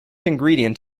ingredient